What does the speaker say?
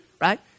right